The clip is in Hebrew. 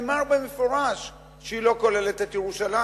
נאמר במפורש שהיא לא כוללת את ירושלים.